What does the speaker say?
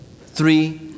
three